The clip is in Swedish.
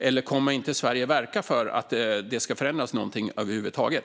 Eller kommer inte Sverige att verka för att det ska förändras någonting över huvud taget?